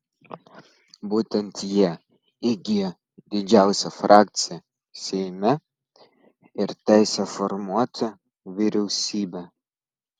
būtent jie įgijo didžiausią frakciją seime ir teisę formuoti vyriausybę